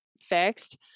fixed